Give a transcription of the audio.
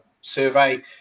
survey